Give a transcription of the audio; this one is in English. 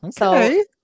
Okay